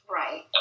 right